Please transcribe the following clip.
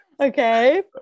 Okay